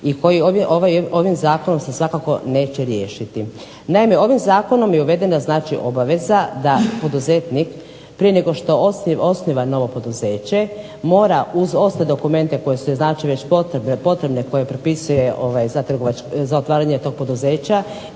i koji ovim zakonom se svakako neće riješiti. Naime, ovim zakonom je uvedena znači obaveza da poduzetnik prije nego što osniva novo poduzeće mora uz ostale dokumente koji su znači već potrebni i koje propisuje za otvaranje tog poduzeća